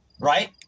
right